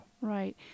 Right